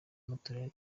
y’amatora